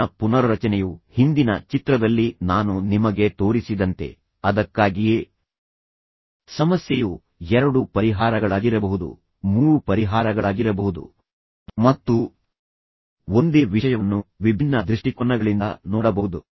ಅರಿವಿನ ಪುನರ್ರಚನೆಯು ಹಿಂದಿನ ಚಿತ್ರದಲ್ಲಿ ನಾನು ನಿಮಗೆ ತೋರಿಸಿದಂತೆ ಅದಕ್ಕಾಗಿಯೇ ಸಮಸ್ಯೆಯು ಎರಡು ಪರಿಹಾರಗಳಾಗಿರಬಹುದು ಮೂರು ಪರಿಹಾರಗಳಾಗಿರಬಹುದು ಮತ್ತು ನೀವು ಒಂದೇ ವಿಷಯವನ್ನು ವಿಭಿನ್ನ ದೃಷ್ಟಿಕೋನಗಳಿಂದ ನೋಡಬಹುದು